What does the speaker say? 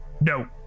No